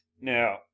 Now